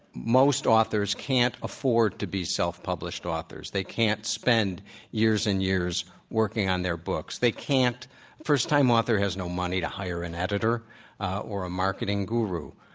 most authors can't afford to be self published authors. they can't spend years and years working on their books. they can't a first time author has no money to hire an editor or a marketing guru.